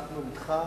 אנחנו אתך.